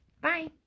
Bye